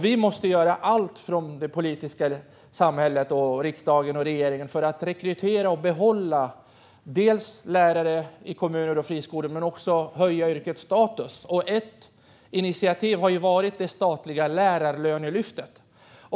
Vi måste göra allt från det politiska samhället, riksdagen och regeringen för att rekrytera och behålla lärare i kommuner och friskolor och också höja yrkets status. Ett initiativ har varit det statliga Lärarlönelyftet.